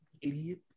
idiot